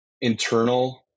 internal